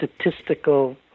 statistical